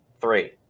Three